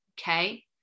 okay